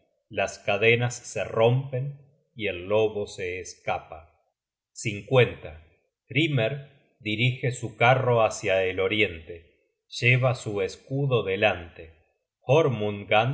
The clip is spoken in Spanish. las cadenas se rompen y el lobo se escapa hrymer dirige su carro hácia el oriente lleva su escudo delante